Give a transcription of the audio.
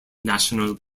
national